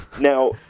Now